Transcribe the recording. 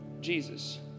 Jesus